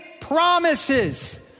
promises